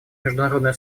международное